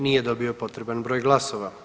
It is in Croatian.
Nije dobio potreban broj glasova.